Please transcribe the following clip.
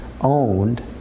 owned